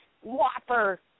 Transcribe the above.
whopper